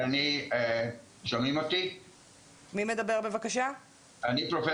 אני בתור רופא